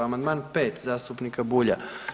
Amandman 5 zastupnika Bulja.